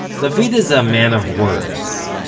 david is a man of words.